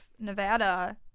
Nevada